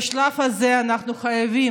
בשלב הזה אנחנו חייבים,